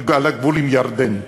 על הגבול עם ירדן.